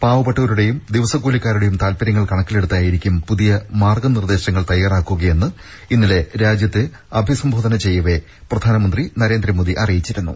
പാവപ്പെട്ടവരുടേയും ദിവസക്കൂലിക്കാരുടേയും താൽപര്യങ്ങൾ കണക്കിലെടുത്തായിരിക്കും മാർഗ്ഗനിർദേശങ്ങൾ പുതിയ തയാറാക്കുകയെന്ന് ഇന്നലെ രാജ്യത്തെ അഭിസംബോധന ചെയ്യവെ പ്രധാനമന്ത്രി നരേന്ദ്രമോദി അറിയിച്ചിരുന്നു